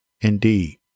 Indeed